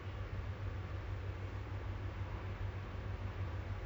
I mean technically we are muslims [what] so we do have to you know